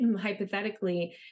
hypothetically